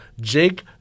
Jake –